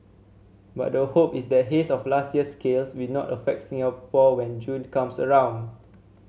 but the hope is that haze of last year's scale will not affect Singapore when June comes around